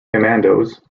commandos